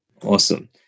Awesome